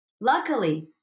luckily